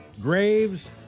graves